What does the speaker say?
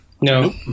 No